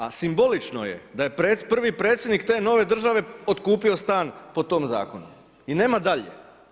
A simbolično je da je prvi predsjednik te nove države otkupio stan po tom zakonu i nema dalje.